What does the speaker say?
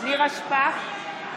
נירה שפק,